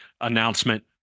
announcement